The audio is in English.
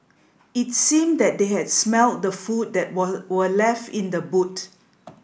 it seemed that they had smelt the food that were were left in the boot